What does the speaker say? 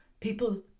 People